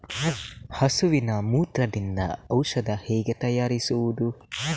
ಹಸುವಿನ ಮೂತ್ರದಿಂದ ಔಷಧ ಹೇಗೆ ತಯಾರಿಸುವುದು?